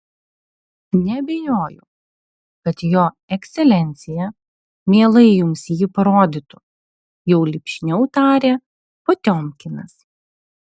neabejoju kad jo ekscelencija mielai jums jį parodytų jau lipšniau tarė potiomkinas